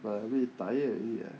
but I a bit tired already ah